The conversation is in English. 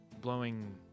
blowing